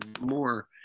more